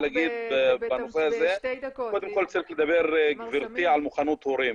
רציתי לדבר על מוכנות הורים.